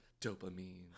dopamine